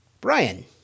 Brian